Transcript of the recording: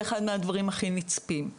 זה אחד מהדברים הכי נצפים,